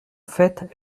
faite